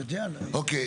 אוקיי.